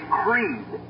creed